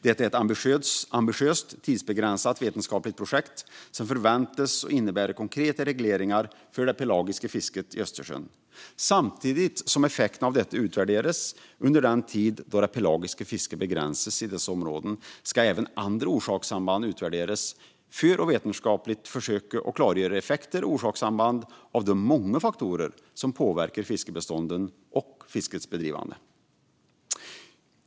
Detta är ett ambitiöst och tidsbegränsat vetenskapligt projekt som förväntas innebära konkreta regleringar för det pelagiska fisket i Östersjön samtidigt som effekterna av detta utvärderas. Under den tid då det pelagiska fisket begränsas i dessa områden ska även andra orsakssamband utvärderas för att man vetenskapligt ska försöka klargöra effekter och orsakssamband av de många faktorer som påverkar fiskbestånden och fiskets bedrivande.